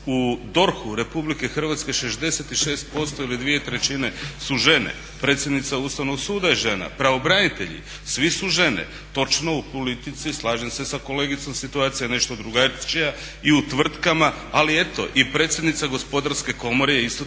U DORH-u Republike Hrvatske 66% ili dvije trećine su žene. Predsjednica Ustavnog suda je žena, pravobranitelji, svi su žene. Točno u politici, slažem se sa kolegicom, situacija je nešto drugačija i u tvrtkama. Ali eto i predsjednica Gospodarske komore je isto